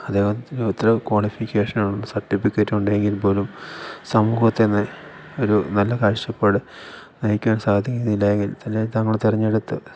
അദ്ദേഹത്തിന് എത്ര ക്വാളിഫിക്കേഷനും സർട്ടിഫിക്കേറ്റും ഉണ്ടെങ്കിൽപ്പോലും സമൂഹത്തില് ഒരു നല്ല കാഴ്ചപ്പാട് നയിക്കാൻ സാധിക്കുന്നില്ലെങ്കിൽ തന്നെ തങ്ങൾ തെരഞ്ഞെടുത്ത്